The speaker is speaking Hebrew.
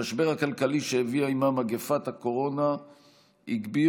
המשבר הכלכלי שהביאה עמה מגפת הקורונה הגביר